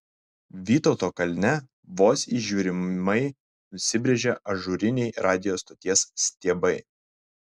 vytauto kalne vos įžiūrimai užsibrėžė ažūriniai radijo stoties stiebai